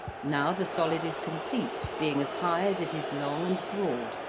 now the solid is complete, being as high as it is long and broad,